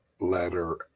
letter